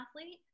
athlete